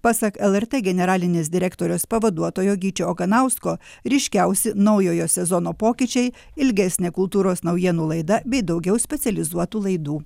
pasak lrt generalinės direktorės pavaduotojo gyčio oganausko ryškiausi naujojo sezono pokyčiai ilgesnė kultūros naujienų laida bei daugiau specializuotų laidų